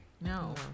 no